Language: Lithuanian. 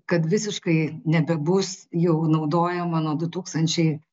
kad visiškai nebebus jau naudojama nuo du tūkstančiai